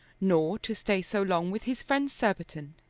nor to stay so long with his friend surbiton.